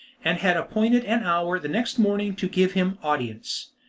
and had appointed an hour the next morning to give him audience.